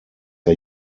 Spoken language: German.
der